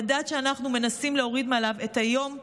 לדעת שאנחנו מנסים להוריד מעליו את היום הזה,